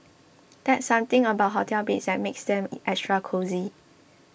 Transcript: there's something about hotel beds that makes them extra cosy